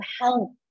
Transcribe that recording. help